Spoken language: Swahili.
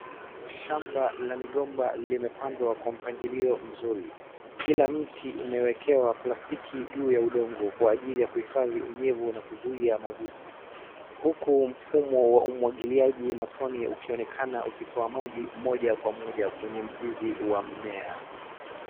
Shamba la migomba limepandwa kwa mpangilio mzuri. Kila mti umewekewa plastiki juu ya udongo kwa ajili ya kuhufadhi unyevu na kuzuia magugu. Huku mfumo wa umwagiliaji matone ukionekana ukitoa maji moja kwa moja kwenye mzizi wa mmea.